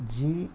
जी